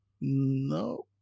No